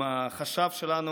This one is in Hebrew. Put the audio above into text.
עם החשב שלנו,